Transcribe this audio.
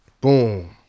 Boom